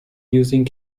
using